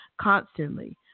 constantly